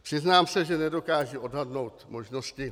Přiznám se, že nedokážu odhadnout možnosti.